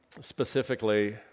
specifically